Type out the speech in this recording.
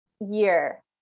year